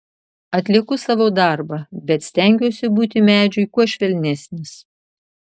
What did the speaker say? atlieku savo darbą bet stengiuosi būti medžiui kuo švelnesnis